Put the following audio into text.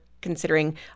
considering